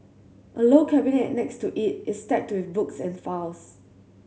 a low cabinet next to it is stacked with books and files